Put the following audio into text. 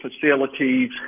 facilities